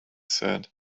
said